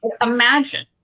imagine